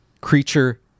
creature